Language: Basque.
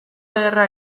ederra